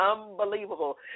unbelievable